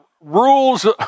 rules